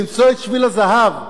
בדרך רגישה וזהירה,